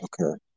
Okay